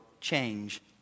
change